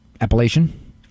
appellation